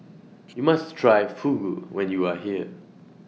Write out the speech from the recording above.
YOU must Try Fugu when YOU Are here